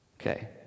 Okay